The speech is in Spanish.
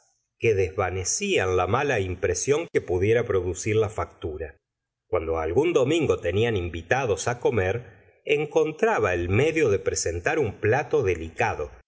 que desvanecían la mala impresión que pudiera producir la factura cuando algún domingo tenían invitados comer encontraba el medio de presentar un plato delicado